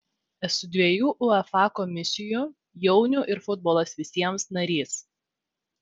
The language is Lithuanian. esu dviejų uefa komisijų jaunių ir futbolas visiems narys